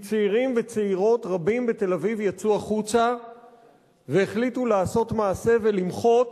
כי צעירים וצעירות רבים בתל-אביב יצאו החוצה והחליטו לעשות מעשה ולמחות